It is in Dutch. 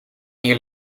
hier